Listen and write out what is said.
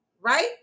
Right